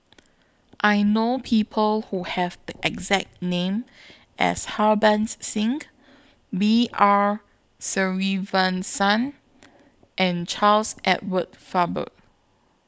I know People Who Have The exact name as Harbans Singh B R Sreenivasan and Charles Edward Faber